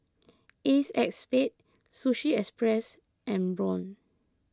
Ace X Spade Sushi Express and Braun